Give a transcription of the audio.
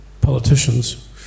politicians